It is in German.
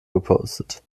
gepostet